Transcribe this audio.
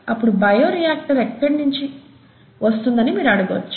అప్పుడు bioreactor ఎక్కడినించి వస్తుందని మీరు అడగొచ్చు